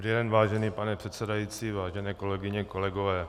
Dobrý den, vážený pane předsedající, vážené kolegyně, kolegové.